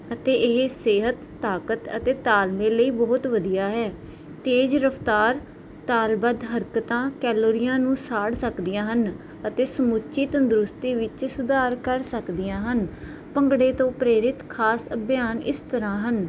ਅਤੇ ਇਹ ਸਿਹਤ ਤਾਕਤ ਅਤੇ ਤਾਲਮੇਲ ਲਈ ਬਹੁਤ ਵਧੀਆ ਹੈ ਤੇਜ਼ ਰਫਤਾਰ ਤਾਲਬਧ ਹਰਕਤਾਂ ਕੈਲੋਰੀਆਂ ਨੂੰ ਸਾੜ ਸਕਦੀਆਂ ਹਨ ਅਤੇ ਸਮੁੱਚੀ ਤੰਦਰੁਸਤੀ ਵਿੱਚ ਸੁਧਾਰ ਕਰ ਸਕਦੀਆਂ ਹਨ ਭੰਗੜੇ ਤੋਂ ਪ੍ਰੇਰਿਤ ਖਾਸ ਅਭਿਆਨ ਇਸ ਤਰ੍ਹਾਂ ਹਨ